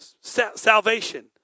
Salvation